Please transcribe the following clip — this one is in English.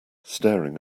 staring